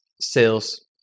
sales